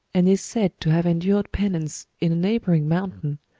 and is said to have endured penance in a neighboring mountain,